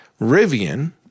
Rivian